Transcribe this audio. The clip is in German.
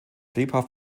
lebhaft